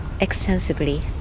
extensively